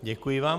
Děkuji vám.